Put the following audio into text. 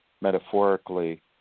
metaphorically